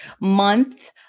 month